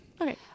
Okay